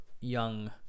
young